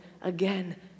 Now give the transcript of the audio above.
again